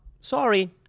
Sorry